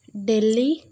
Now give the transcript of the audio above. Delhi